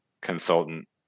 consultant